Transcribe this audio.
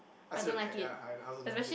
ask you to pack ah I I also don't like it